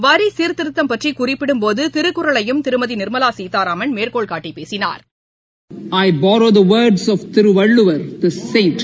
வரி சீர்திருத்தம் பற்றி குறிப்பிடும்போது திருக்குறளையும் திருமதி நிர்மலா சீராதாமன் மேற்கோள்காட்டி பேசினாா்